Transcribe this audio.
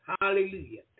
Hallelujah